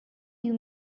you